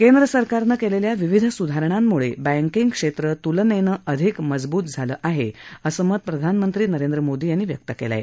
केंद्रसरकारनं केलेल्या विविध सुधारणांमुळे बँकिंगक्षेत्र तुलनेनं अधिक मजबूत झालं आहे असं मत प्रधानमंत्री नरेंद्र मोदी यांनी व्यक्त केलं आहे